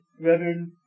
Reverend